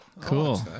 Cool